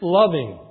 loving